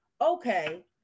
okay